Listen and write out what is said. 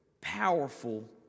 powerful